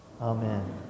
Amen